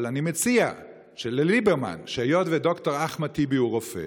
אבל אני מציע לליברמן: היות שד"ר אחמד טיבי הוא רופא,